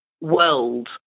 world